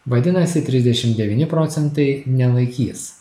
vadinasi trisdešim devyni procentai nelaikys